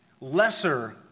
lesser